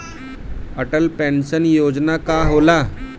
Atal pension Yojana का होला?